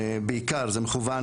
בעיקר זה מכוון